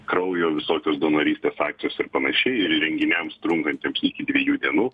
kraujo visokios donorystės akcijos ir panašiai ir renginiams trunkantiems iki dviejų dienų